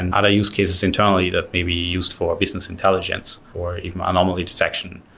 and other use cases internally that may be used for business intelligence, or even anomaly detection,